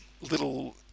little